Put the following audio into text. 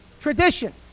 Tradition